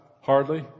hardly